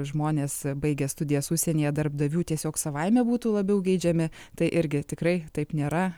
žmonės baigę studijas užsienyje darbdavių tiesiog savaime būtų labiau geidžiami tai irgi tikrai taip nėra